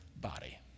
body